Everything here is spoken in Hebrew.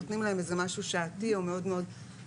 נותנים להם איזה משהו שעתי, או מאוד מאוד נמוך.